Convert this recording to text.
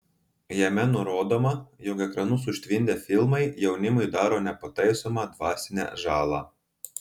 jame nurodoma jog ekranus užtvindę filmai jaunimui daro nepataisomą dvasinę žalą